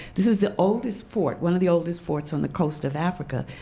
this is the oldest fort, one of the oldest forts on the coast of africa,